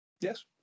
Yes